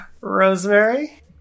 Rosemary